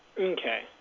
Okay